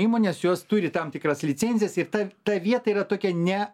įmonės jos turi tam tikras licencijas ir ta ta vieta yra tokia ne